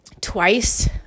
twice